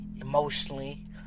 emotionally